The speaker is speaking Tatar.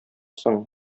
соң